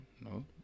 no